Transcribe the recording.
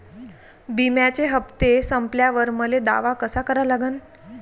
बिम्याचे हप्ते संपल्यावर मले दावा कसा करा लागन?